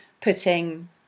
putting